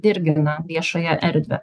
dirgina viešąją erdvę